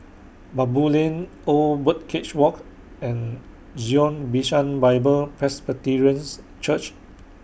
Baboo Lane Old Birdcage Walk and Zion Bishan Bible Presbyterians Church